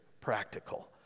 practical